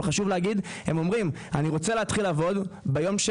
אבל הם אומרים: אני רוצה להתחיל לעבוד יום